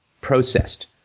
processed